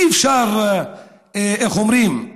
אי-אפשר, איך אומרים?